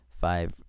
five